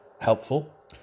helpful